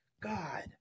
God